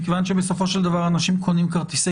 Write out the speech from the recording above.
מכיוון שבסופו של דבר אנשים קונים כרטיסי